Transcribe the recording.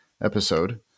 episode